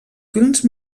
films